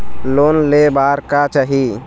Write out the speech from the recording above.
Loan ले बार का चाही?